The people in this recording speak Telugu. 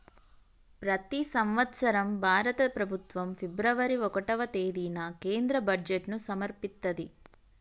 ప్రతి సంవత్సరం భారత ప్రభుత్వం ఫిబ్రవరి ఒకటవ తేదీన కేంద్ర బడ్జెట్ను సమర్పిత్తది